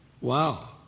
Wow